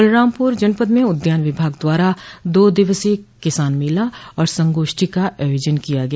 बलरामपुर जनपद में उद्यान विभाग द्वारा दो दिवसीय किसान मेला और संगोष्ठी का आयोजन किया गया